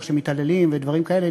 איך שמתעללים ודברים כאלה.